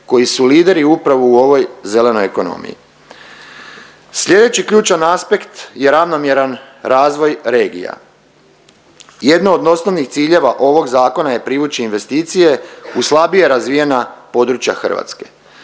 koji su lideri upravo u ovoj zelenoj ekonomiji. Sljedeći ključan aspekt je ravnomjeran razvoj regija. Jedno od osnovnih ciljeva ovog zakona je privući investicije u slabije razvijena područja Hrvatske,